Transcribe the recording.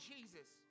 Jesus